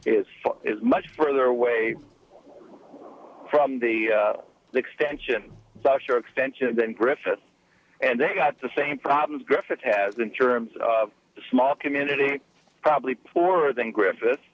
is much further away from the extension sure extension than griffith and they got the same problems griffith has in terms of small community probably poorer than griffith